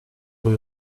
rue